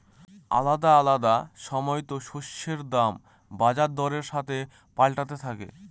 আলাদা আলাদা সময়তো শস্যের দাম বাজার দরের সাথে পাল্টাতে থাকে